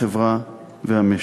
החברה והמשק".